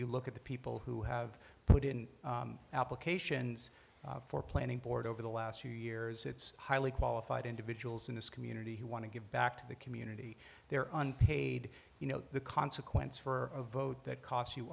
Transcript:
you look at the people who have put in applications for planning board over the last few years it's highly qualified individuals in this community who want to give back to the community they're on paid you know the consequence for a vote that cost you